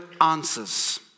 answers